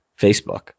Facebook